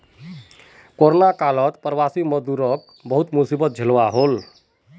corona कालत प्रवासी मजदूर लाक बहुत मुसीबत झेलवा हले